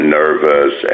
nervous